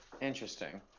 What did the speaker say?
Interesting